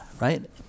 right